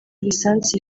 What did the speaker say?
lisansi